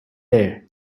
there